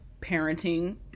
parenting